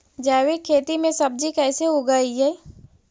जैविक खेती में सब्जी कैसे उगइअई?